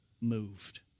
moved